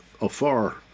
afar